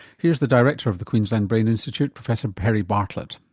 here's the director of the queensland brain institute, professor perry bartlett.